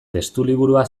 testuliburua